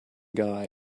guy